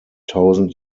tausend